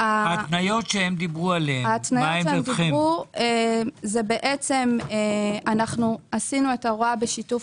ההתניות שהם דיברו עשינו את ההוראה בשיתוף